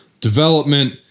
Development